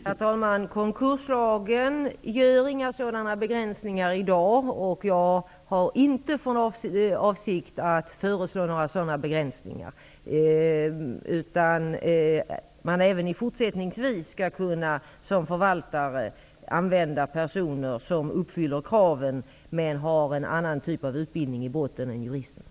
Herr talman! Konkurslagen innehåller i dag inga sådana begränsningar, och jag har inte heller för avsikt att föreslå några sådana begränsningar. Även i fortsättningen skall man såsom förvaltare kunna använda personer som uppfyller kraven men har en annan typ av utbildning i botten än juristerna.